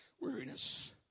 Weariness